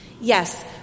Yes